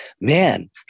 man